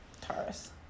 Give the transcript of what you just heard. Taurus